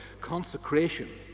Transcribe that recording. consecration